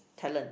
talent